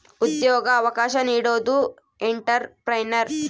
ಉದ್ಯೋಗ ಅವಕಾಶ ನೀಡೋದು ಎಂಟ್ರೆಪ್ರನರ್